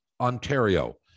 Ontario